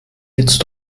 jetzt